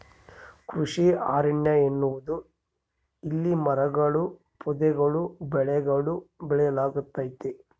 ಕೃಷಿ ಅರಣ್ಯ ಎನ್ನುವುದು ಇಲ್ಲಿ ಮರಗಳೂ ಪೊದೆಗಳೂ ಬೆಳೆಗಳೂ ಬೆಳೆಯಲಾಗ್ತತೆ